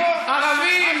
ערבים,